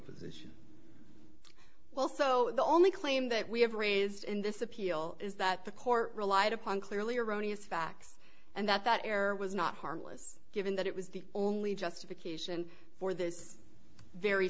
position well so the only claim that we have raised in this appeal is that the court relied upon clearly erroneous facts and that that error was not harmless given that it was the only justification for this very